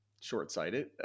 short-sighted